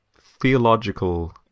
theological